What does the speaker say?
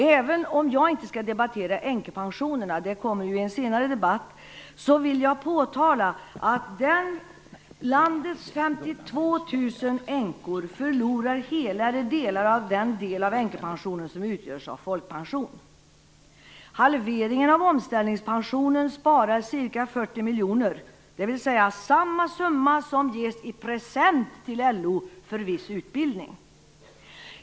Även om jag inte skall debattera änkepensionerna - det kommer ju i en senare debatt - vill jag påtala att landets 52 000 änkor förlorar hela eller delar av den del av änkepensionen som utgörs av folkpension. 40 miljoner kronor, dvs. samma summa som ges i present till LO för viss utbildning!